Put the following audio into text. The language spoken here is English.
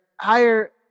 higher